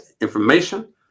information